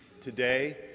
Today